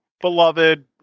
beloved